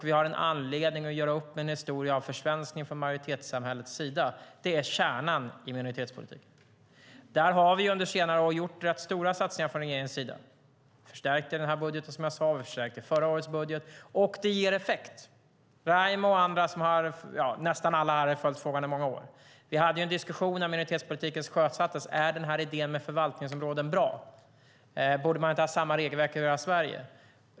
Vi har en anledning att göra upp med en historia av försvenskning från majoritetssamhällets sida. Det är kärnan i minoritetspolitiken. Där har vi under senare år gjort rätt stora satsningar från regeringens sida. Vi har förstärkt dem i den här budgeten och i förra årets budget, och det ger effekt. Raimo och andra här har följt frågan i många år. När minoritetspolitiken sjösattes hade vi en diskussion om idén med förvaltningsområden så bra. Borde man inte ha samma regelverk över hela Sverige?